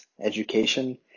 education